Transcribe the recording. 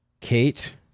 Kate